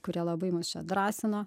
kurie labai mus čia drąsino